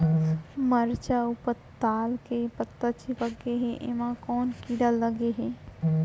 मरचा अऊ पताल के पत्ता चिपक गे हे, एमा कोन कीड़ा लगे है?